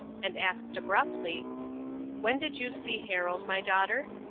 and asked, abruptly when did you see harold, my daughter?